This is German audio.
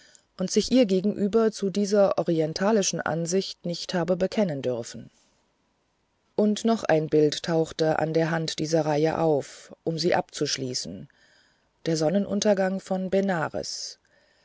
und sich ihr gegenüber zu dieser orientalischen ansicht nicht habe bekennen dürfen und noch ein bild tauchte an der hand dieser reihe auf um sie abzuschließen der sonnenuntergang von benares